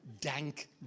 dank